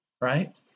Right